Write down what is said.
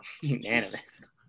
Unanimous